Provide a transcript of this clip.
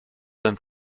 beim